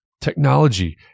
Technology